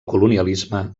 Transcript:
colonialisme